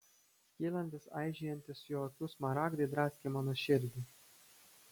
skylantys aižėjantys jo akių smaragdai draskė mano širdį